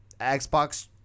Xbox